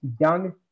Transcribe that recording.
young